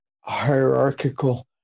hierarchical